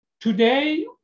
Today